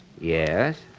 Yes